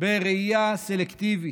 בראייה סלקטיבית,